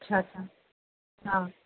اچھا اچھا ہاں